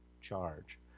charge